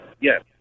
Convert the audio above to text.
yes